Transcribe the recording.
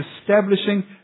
establishing